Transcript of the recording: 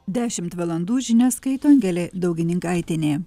dešimt valandų žinias skaito angelė daugininkaitienė